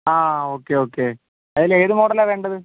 ആ okay okay അതിൽ ഏതു മോഡലാണ് വേണ്ടത്